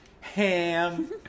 Ham